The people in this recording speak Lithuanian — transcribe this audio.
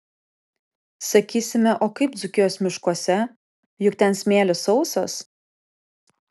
sakysime o kaip dzūkijos miškuose juk ten smėlis sausas